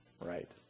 Right